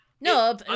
no